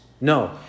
No